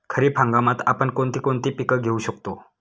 खरीप हंगामात आपण कोणती कोणती पीक घेऊ शकतो?